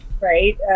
right